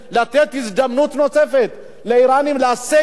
לתת הזדמנות נוספת לאירנים לסגת.